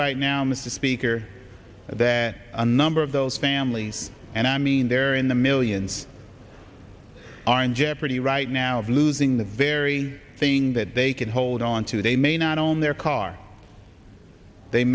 right now mr speaker that a number of those families and i mean they're in the millions are in jeopardy right now of losing the very thing that they can hold on to they may not own their car they